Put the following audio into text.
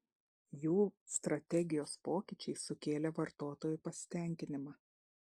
jų strategijos pokyčiai sukėlė vartotojų pasitenkinimą